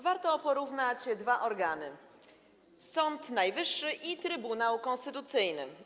Warto porównać dwa organy - Sąd Najwyższy i Trybunał Konstytucyjny.